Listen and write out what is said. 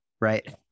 right